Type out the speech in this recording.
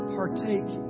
partake